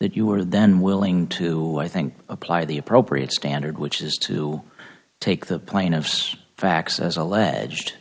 that you were then willing to i think apply the appropriate standard which is to take the plaintiff's facts as alleged